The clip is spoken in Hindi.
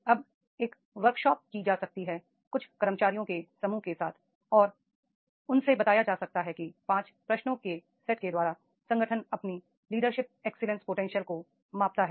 अब एक वर्कशॉप की जा सकती है कुछ कर्मचारियों के समूह के साथ और उनसे बताया जा सकता है कि 5 प्रश्नों के सेट के द्वारा संगठन अपनी लीडरशिप एक्सीलेंस पोटेंशियल को मापता है